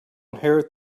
inherit